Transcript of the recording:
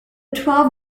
twelve